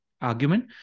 argument